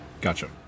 gotcha